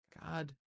God